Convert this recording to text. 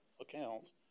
accounts